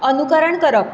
अनुकरण करप